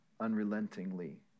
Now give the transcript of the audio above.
unrelentingly